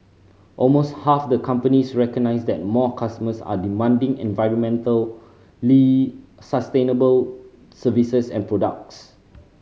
almost half the companies recognise that more customers are demanding environmentally sustainable services and products